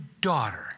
daughter